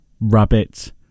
rabbit